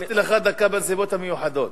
הוספתי לך דקה בנסיבות המיוחדות.